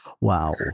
Wow